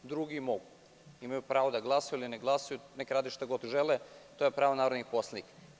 Drugi mogu i imaju pravo da glasaju ili ne glasaju, neka rade šta god žele, to je pravo narodnih poslanika.